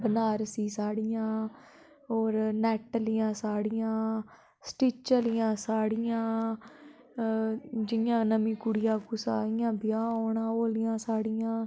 बनारसी साड़ियां होर नैट आह्ली साड़ियां स्टिच आह्ली साड़ियां जियां नमीं कुड़िया कुसा इयां ब्याह् होना ओह् आह्ली साड़ियां